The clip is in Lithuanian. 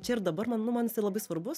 čia ir dabar man nu man jisai labai svarbus